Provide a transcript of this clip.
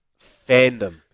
fandom